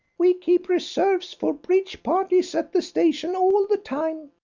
we keep reserves for bridge parties at the station all the time,